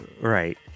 Right